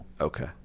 Okay